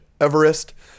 Everest